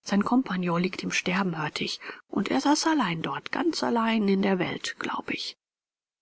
sein compagnon liegt im sterben hörte ich und er saß allein dort ganz allein in der welt glaube ich